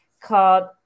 called